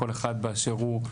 כל אחד באשר הוא.